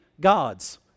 gods